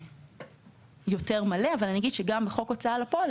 גם בחוק הוצאה לפועל,